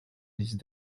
these